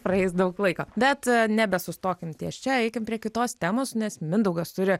praeis daug laiko bet nebesustokim ties čia eikim prie kitos temos nes mindaugas turi